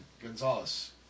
Gonzalez